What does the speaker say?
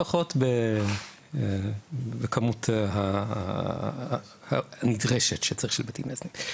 לפחות בכמות הנדרשת שצריך של בתים מאזנים.